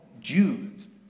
Jews